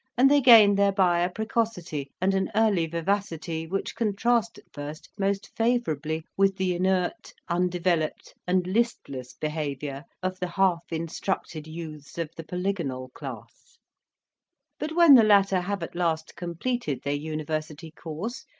and they gain thereby a precocity and an early vivacity which contrast at first most favourably with the inert, undeveloped, and listless behaviour of the half instructed youths of the polygonal class but when the latter have at last completed their university course,